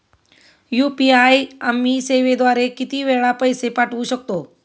UPI आम्ही सेवेद्वारे किती वेळा पैसे पाठवू शकतो?